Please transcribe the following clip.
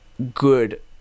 good